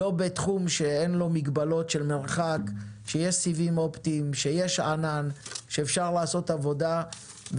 במיוחד בתחום שאין לו מגבלות של מרחק ואפשר לעבוד מרחוק.